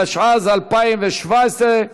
התשע"ז 2017,